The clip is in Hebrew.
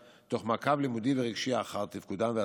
תוך מעקב לימודי ורגשי אחר תפקודם והצלחתם.